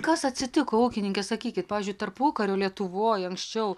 kas atsitiko ūkininke sakykit pavyzdžiui tarpukario lietuvoj anksčiau